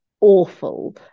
awful